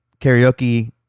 Karaoke